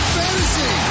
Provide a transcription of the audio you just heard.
fantasy